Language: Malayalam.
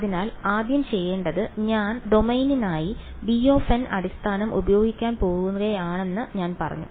അതിനാൽ ആദ്യം ചെയ്യേണ്ടത് ഞാൻ ഡൊമെയ്നിനായി bn അടിസ്ഥാനം ഉപയോഗിക്കാൻ പോകുകയാണെന്ന് ഞാൻ പറഞ്ഞു